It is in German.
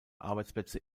arbeitsplätze